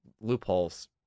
loopholes